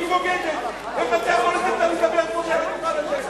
היא בוגדת, לדבר כמו, בושה וחרפה.